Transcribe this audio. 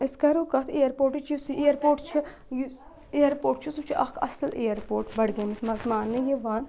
أسۍ کَرو کَتھ اِیَرپوٹٕچ یُس یہِ اِیَرپوٹ چھِ یُس اِیَرپوٹ چھِ سُہ چھِ اَکھ اَصٕل اِیَر پوٹ بڈگٲمِس منٛز ماننہٕ یِوان